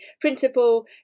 principle